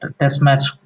test-match